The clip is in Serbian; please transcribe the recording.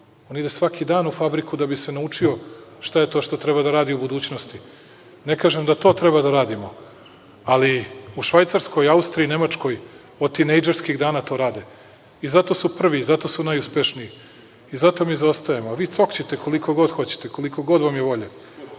on ide svaki dan u fabriku da bi se naučio šta je to šta treba da radi u budućnosti. Ne kažem da to treba da radimo, ali u Švajcarskoj, Austriji, Nemačkoj od tinejdžerskih dana to rade i zato su prvi, zato su najuspešniji i zato mi zaostajemo, a vi cokćite koliko god hoćete, koliko god vam je